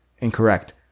Incorrect